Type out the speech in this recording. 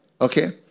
Okay